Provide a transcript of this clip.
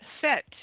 set